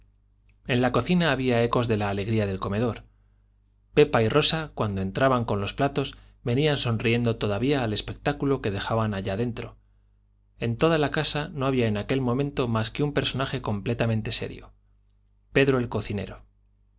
en la cocina había ecos de la alegría del comedor pepa y rosa cuando entraban con los platos venían sonriendo todavía al espectáculo que dejaban allá dentro en toda la casa no había en aquel momento más que un personaje completamente serio pedro el cocinero